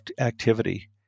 activity